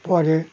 পরে